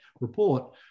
report